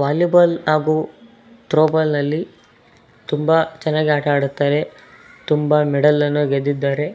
volleyball ಹಾಗೂ ತ್ರೋಬಾಲ್ನಲ್ಲಿ ತುಂಬ ಚೆನ್ನಾಗಿ ಆಟ ಆಡುತ್ತಾರೆ ತುಂಬ ಮೆಡಲನ್ನು ಗೆದ್ದಿದ್ದಾರೆ